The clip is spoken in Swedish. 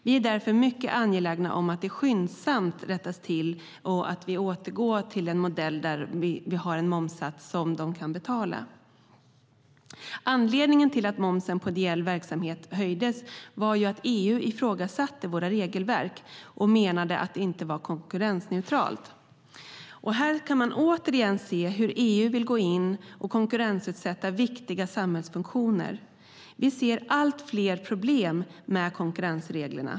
Vi är därför mycket angelägna om att detta skyndsamt rättas till och att vi återgår till en modell där vi har en momssats som de kan betala. Anledningen till att momsen på ideell verksamhet höjdes var att EU ifrågasatte vårt regelverk och menade att det inte var konkurrensneutralt. Här kan man återigen se hur EU vill gå in och konkurrensutsätta viktiga samhällsfunktioner. Vi ser allt fler problem med konkurrensreglerna.